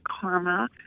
Karma